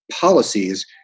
policies